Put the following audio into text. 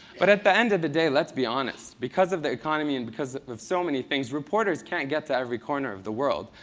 but at the end of the day, let's be honest, because of the economy and because of so many things, reporters can't get to every corner of the world.